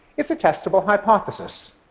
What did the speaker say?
it's a testable hypothesis.